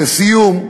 לסיום,